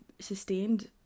sustained